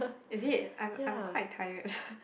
is it I'm I'm quite tired